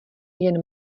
jen